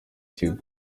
kigo